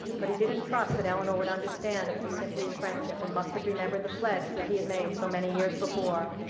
but he didn't trust that eleanor would understand that it was simply a friendship, and must have remembered the pledge that he had made so many years before.